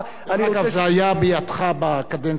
זה היה בידך בקדנציה הקודמת.